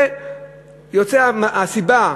יוצאת הסיבה,